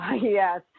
yes